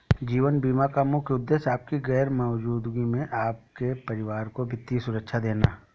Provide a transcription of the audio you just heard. जीवन बीमा का मुख्य उद्देश्य आपकी गैर मौजूदगी में आपके परिवार को वित्तीय सुरक्षा देना